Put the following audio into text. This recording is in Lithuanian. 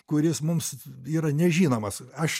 kuris mums yra nežinomas aš